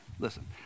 Listen